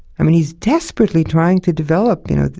i mean, he's desperately trying to develop, you know,